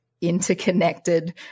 interconnected